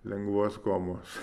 lengvos komos